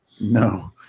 No